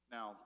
Now